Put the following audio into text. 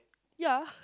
ya